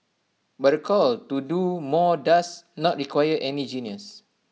but call A to do more does not require any genius